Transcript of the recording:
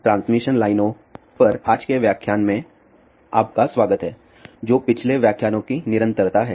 transmission लाइनों पर आज के व्याख्यान में आपका स्वागत है जो पिछले व्याख्यानों की निरंतरता है